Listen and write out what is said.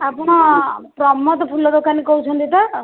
ଆପଣ ପ୍ରମୋଦ ଫୁଲ ଦୋକାନୀ କହୁଛନ୍ତି ତ